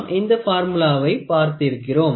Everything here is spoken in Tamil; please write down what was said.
நாம் இந்த பார்முலாவை பார்த்து இருக்கிறோம்